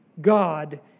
God